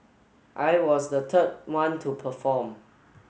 I was the third one to perform